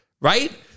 right